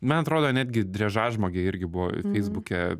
man atrodo netgi driežažmogiai irgi buvo feisbuke